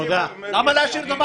למה להשאיר דבר טוב?